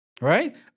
Right